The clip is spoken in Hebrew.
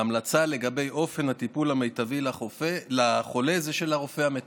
ההמלצה לגבי אופן הטיפול המיטבי לחולה היא של הרופא המטפל.